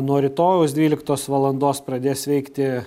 nuo rytojaus dvyliktos valandos pradės veikti